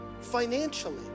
financially